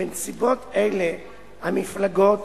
בנסיבות אלה המפלגות